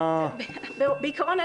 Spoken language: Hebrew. מה --- בעיקרון,